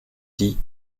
dit